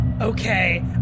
Okay